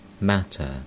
matter